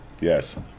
Yes